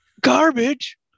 Garbage